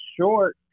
short